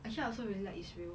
actually I also really like israel